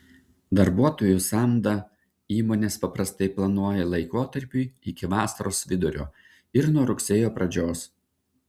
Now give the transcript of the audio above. darbuotojų samdą įmonės paprastai planuoja laikotarpiui iki vasaros vidurio ir nuo rugsėjo pradžios